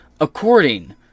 According